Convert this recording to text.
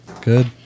Good